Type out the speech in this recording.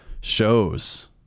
shows